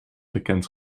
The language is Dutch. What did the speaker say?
bekend